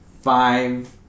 five